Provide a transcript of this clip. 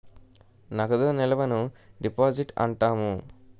నగదు నిల్వను డిపాజిట్ అంటాము